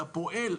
לפועל,